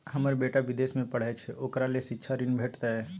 हमर बेटा विदेश में पढै छै ओकरा ले शिक्षा ऋण भेटतै?